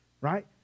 right